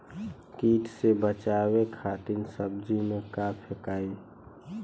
कीट से बचावे खातिन सब्जी में का फेकाई?